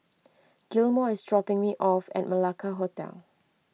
Gilmore is dropping me off at Malacca Hotel